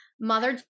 mother